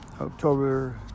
October